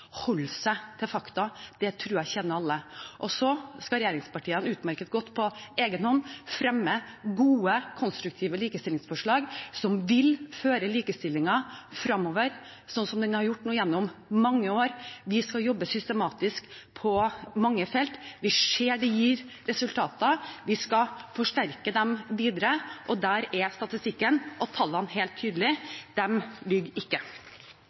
holde seg til fakta. Det tror jeg alle er tjent med. Så skal regjeringspartiene på egen hånd utmerket godt klare å fremme gode, konstruktive likestillingsforslag, som vil føre likestillingen fremover, slik den har gjort gjennom mange år. Vi skal jobbe systematisk på mange felt. Vi ser det gir resultater. Vi skal forsterke dem videre. Der er statistikken og tallene helt tydelige. De lyver ikke.